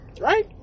right